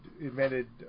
invented